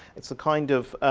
it's a kind of